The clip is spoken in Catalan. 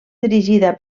dirigida